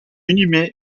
inhumé